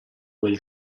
quel